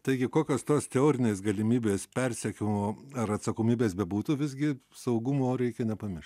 taigi kokios tos teorinės galimybės persekiojimo ar atsakomybės bebūtų visgi saugumo reikia nepamirš